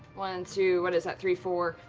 one, two, what is that, three, four.